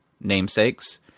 namesakes